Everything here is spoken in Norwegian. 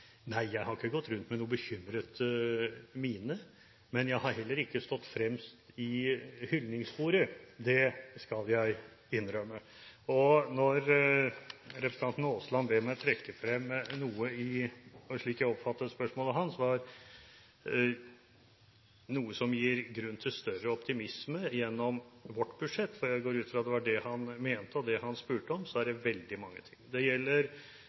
Nei, jeg har ikke gått rundt med noen bekymret mine, men jeg har heller ikke stått fremst i hyllingskoret. Det skal jeg innrømme. Når representanten Aasland ber meg trekke frem noe som gir større grunn til optimisme gjennom vårt budsjett – for jeg går ut fra at det var det han mente, og det han spurte om – så er det veldig mange ting. Det gjelder